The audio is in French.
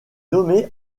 nommé